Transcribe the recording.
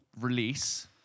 release